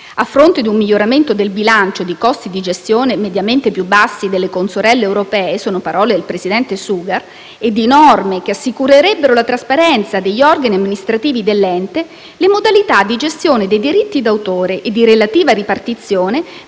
A fronte di un miglioramento del bilancio e di costi di gestione mediamente più bassi delle consorelle europee (sono parole del presidente Sugar), e di norme che assicurerebbero la trasparenza degli organi amministrativi dell'ente, le modalità di gestione dei diritti d'autore e di relativa ripartizione